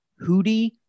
Hootie